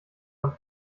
man